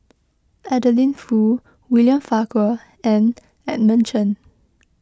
Adeline Foo William Farquhar and Edmund Chen